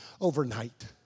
overnight